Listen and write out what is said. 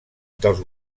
dels